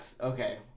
Okay